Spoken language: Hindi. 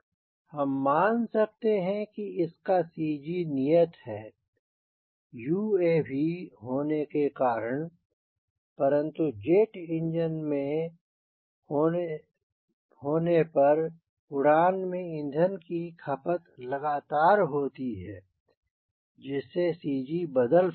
हम मान सकते हैं कि इसका CG नियत है UAV होने के कारण परन्तु जेट इंजन होने पर उड़न में ईंधन की खपत लगातार होती है जिससे CG बदल सकता है